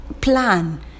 plan